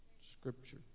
scripture